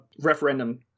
referendum